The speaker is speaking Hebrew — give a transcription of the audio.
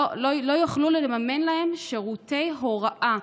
לא יוכלו לממן להם שירותי הוראה.